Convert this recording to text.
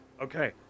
Okay